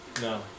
no